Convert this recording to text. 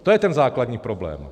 A to je ten základní problém.